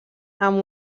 amb